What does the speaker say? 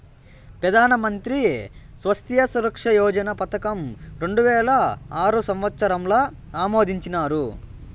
పెదానమంత్రి స్వాస్త్య సురక్ష యోజన పదకం రెండువేల ఆరు సంవత్సరంల ఆమోదించినారు